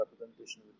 representation